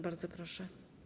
Bardzo proszę.